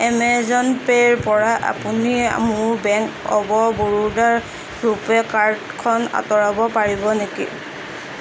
Amazon পে'ৰ পৰা আপুনি মোৰ বেংক অফ বৰোডাৰ ৰুপে কাৰ্ডখন আঁতৰাব পাৰিব নেকি